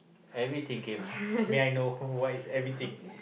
everything kay may I know what is everything